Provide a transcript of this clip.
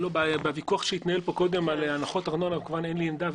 בוויכוח שהתנהל פה על הנחות ארנונה אין לי עמדה.